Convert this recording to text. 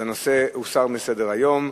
הנושא מוסר מסדר-היום.